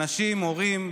אנשים, הורים,